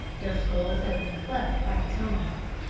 their skulls had been cleft by the tomahawk,